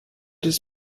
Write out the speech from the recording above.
his